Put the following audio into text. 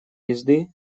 езды